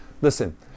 Listen